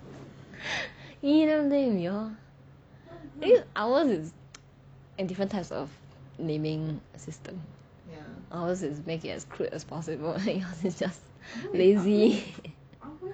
!ee! damn lame we all eh ours is different types of naming system ours is make it as crude as possible yours is just lazy